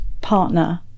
partner